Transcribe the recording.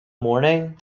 morning